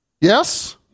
Yes